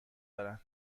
دارن